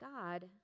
God